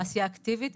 עשייה אקטיבית.